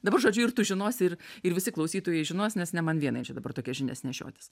dabar žodžiu ir tu žinosi ir ir visi klausytojai žinos nes ne man vienai čia dabar tokias žinias nešiotis